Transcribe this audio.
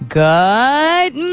good